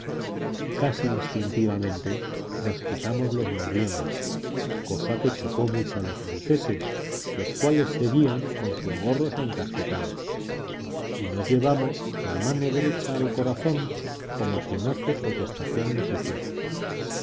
casi instintivamente nos quitamos los morriones cosa que chocó mucho a los franceses los cuales seguían con sus gorros encasquetados y nos llevamos la mano derecha al corazón como quien hace protestación de su fe